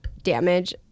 damage